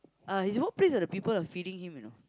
ah his workplace are the people are feeding him you know